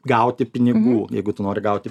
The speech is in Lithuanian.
gauti pinigų jeigu tu nori gauti